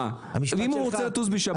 אם הוא רוצה לטוס בשבת?